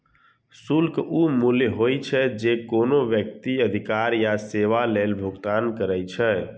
शुल्क ऊ मूल्य होइ छै, जे कोनो व्यक्ति अधिकार या सेवा लेल भुगतान करै छै